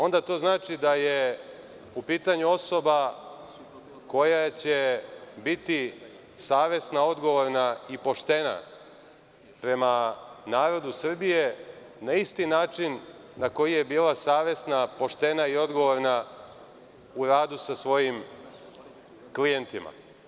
Onda to znači da je u pitanju osoba koja će biti savesna, odgovorna i poštena prema narodu Srbije na isti način na koji je bila savesna, poštena i odgovorna u radu sa svojim klijentima.